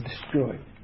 destroyed